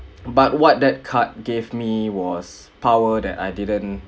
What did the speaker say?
but what that card gave me was power that I didn't